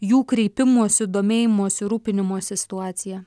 jų kreipimosi domėjimosi rūpinimosi situacija